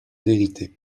verité